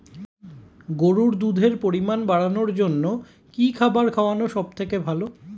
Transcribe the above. গরুর দুধের পরিমাণ বাড়ানোর জন্য কি খাবার খাওয়ানো সবথেকে ভালো?